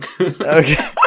Okay